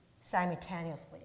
simultaneously